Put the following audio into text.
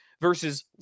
versus